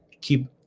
keep